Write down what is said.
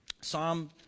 Psalm